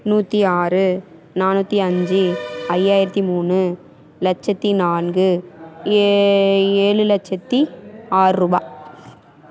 நூற்றி ஆறு நானூற்றி அஞ்சு ஐயாயிரத்து மூணு லட்சத்து நான்கு ஏழு லட்சத்து ஆறு ரூபா